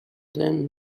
then